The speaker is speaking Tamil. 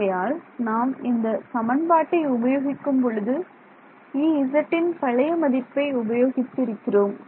ஆகையால் நாம் இந்த சமன்பாட்டை உபயோகிக்கும் பொழுது Ezன் பழைய மதிப்பை உபயோகித்து இருக்கிறோம்